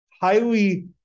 highly